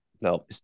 no